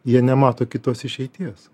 jie nemato kitos išeities